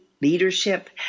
leadership